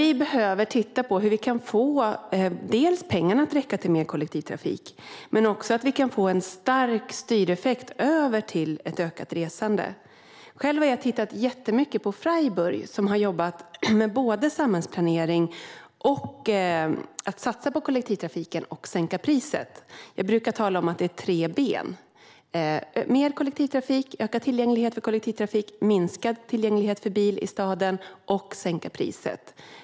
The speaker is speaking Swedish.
Vi behöver titta på dels hur vi kan få pengarna att räcka till mer kollektivtrafik, dels hur vi kan få en stark styreffekt över till ett ökat resande. Själv har jag tittat jättemycket på Freiburg, som har jobbat med samhällsplanering och att satsa på kollektivtrafiken och där sänka priset. Jag brukar tala om att det är tre ben: ökad tillgänglighet för kollektivtrafik, minskad tillgänglighet för bil i staden och sänkta priser för kollektivtrafik.